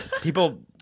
People